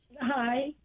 Hi